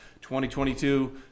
2022